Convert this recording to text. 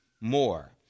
more